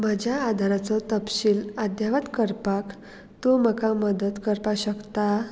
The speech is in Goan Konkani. म्हज्या आदाराचो तपशील अध्यावत करपाक तूं म्हाका मदत करपाक शकता